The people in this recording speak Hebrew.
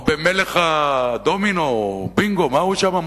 או מלך הדומינו או הבינגו, מה הוא שם?